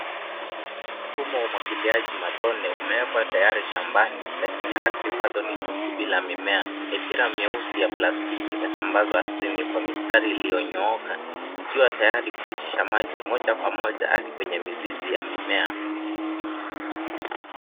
Mfumo wa umwagiliaji matone umeekwa tayari shambani, lakini ardhi bado ni tupu bila mimea . Mipira myeusi ya plastiki imesambazwa ardhini kwa mistari iliyonyooka, ikiwa tayari kupitisha maji moja kwa moja hadi kwenye mizizi ya mimea.